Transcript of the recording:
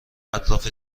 اطراف